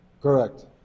correct